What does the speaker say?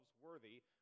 worthy